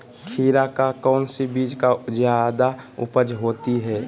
खीरा का कौन सी बीज का जयादा उपज होती है?